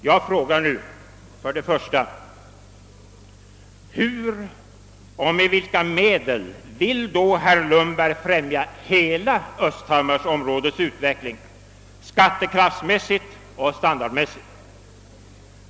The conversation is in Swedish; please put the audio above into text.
Jag frågar för det första: Hur och med vilka medel vill herr Lundberg främja hela östhammarsområdets utveckling, skattekraftmässigt och standardmässigt?